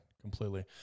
completely